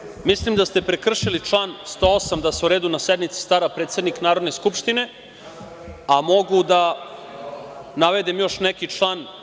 Predsednice, mislim da ste prekršili član 108. da se o redu na sednici stara predsednik Narodne skupštine, a mogu da navedem još neki član.